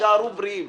ושיישארו בריאים.